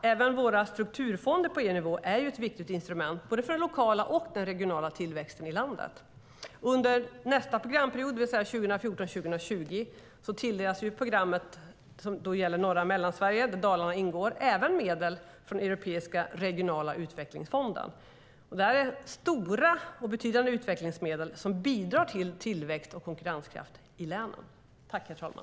Även EU:s strukturfonder är ett viktigt instrument, både för den lokala och för den regionala tillväxten i landet. Under nästa programperiod, det vill säga 2014-2020, tilldelas programmet som gäller norra Mellansverige, där Dalarna ingår, medel även från Europeiska regionala utvecklingsfonden. Det är stora och betydande utvecklingsmedel som bidrar till tillväxt och konkurrenskraft i länen.